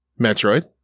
metroid